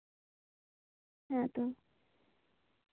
ᱦᱮᱸ ᱛᱚ